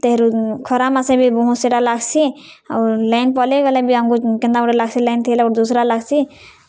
ତେହେରୁ ଖରା ମାସେ ବି ବହୁତ୍ ସେଟା ଲାଗ୍ସି ଆଉ ଲାଇନ୍ ପଲେଇଗଲେ ବି ଆମ୍କୁ କେନ୍ତା ଗୁଟେ ଲାଗ୍ସି ଲାଇନ୍ ଥିଲେ ଗୁଟେ ଦୁସ୍ରା ଲାଗ୍ସି